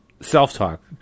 self-talk